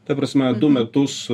ta prasme du metus